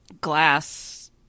glass